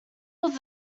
was